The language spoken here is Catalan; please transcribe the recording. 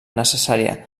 necessària